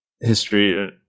history